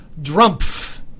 Drumpf